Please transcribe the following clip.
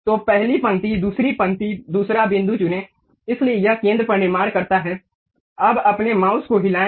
तो पहली पंक्ति दूसरी पंक्ति दूसरा बिंदु चुनें इसलिए यह केंद्र पर निर्माण करता है अब अपने माउस को हिलाये